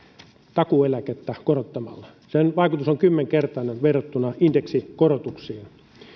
takuueläkettä korottamalla sen vaikutus on kymmenkertainen verrattuna indeksikorotuksiin